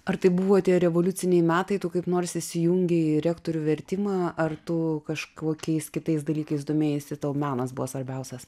ar tai buvo tie revoliuciniai metai tu kaip nors įsijungei į rektorių vertimą ar tu kažkokiais kitais dalykais domėjaisi tau menas buvo svarbiausias